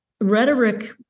rhetoric